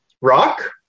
rock